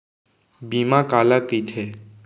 बीमा काला कइथे?